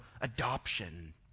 adoption